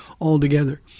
altogether